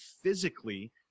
physically